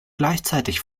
gleichzeitig